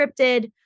scripted